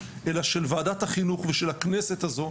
אלא של ועדת החינוך ושל הכנסת הזו,